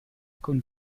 con